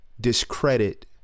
discredit